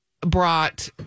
brought